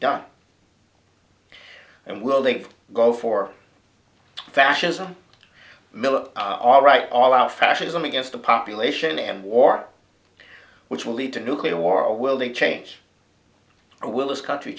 done and will they go for fascism milla are right all our fascism against the population and war which will lead to nuclear war will they change or will this country